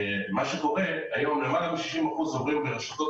הריכוזיות בענף למעלה מ-60 אחוזים עוברים מרשתות